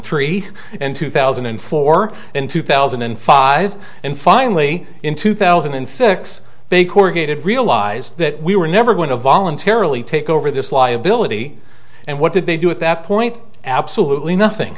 three and two thousand and four in two thousand and five and finally in two thousand and six they corrugated realized that we were never going to voluntarily take over this liability and what did they do at that point absolutely nothing